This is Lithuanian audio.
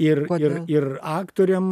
ir ir ir aktoriams